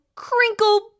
Crinkle